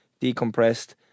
decompressed